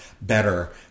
better